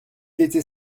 était